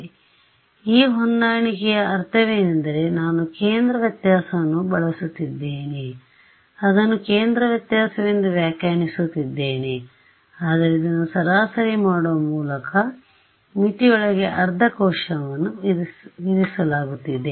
ಆದ್ದರಿಂದ ಈ ಹೊಂದಾಣಿಕೆಯ ಅರ್ಥವೇನೆಂದರೆ ನಾನು ಕೇಂದ್ರ ವ್ಯತ್ಯಾಸವನ್ನು ಬಳಸುತ್ತಿದ್ದೇನೆ ಅದನ್ನು ಕೇಂದ್ರ ವ್ಯತ್ಯಾಸವೆಂದು ವ್ಯಾಖ್ಯಾನಿಸುತ್ತಿದ್ದೇನೆ ಆದರೆ ಇದನ್ನು ಸರಾಸರಿ ಮಾಡುವ ಮೂಲಕಮಿತಿಯೊಳಗೆ ಅರ್ಧ ಕೋಶವನ್ನು ವಿಧಿಸಲಾಗುತ್ತಿದೆ